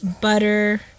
butter